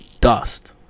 dust